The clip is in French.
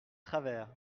travers